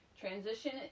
Transition